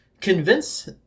convince